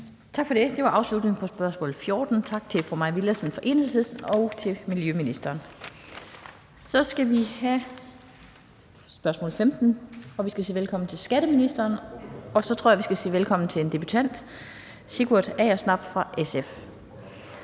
Tak for det. Det var afslutningen på spørgsmål nr. 14. Tak til fru Mai Villadsen fra Enhedslisten og til miljøministeren. Så skal vi have spørgsmål nr. 15, hvor vi skal sige velkommen til skatteministeren, og jeg tror også, at vi skal sige velkommen til en debutant, nemlig hr. Sigurd Agersnap fra SF.